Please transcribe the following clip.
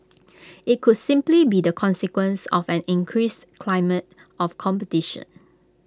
IT could simply be the consequence of an increased climate of competition